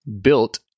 built